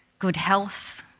good health,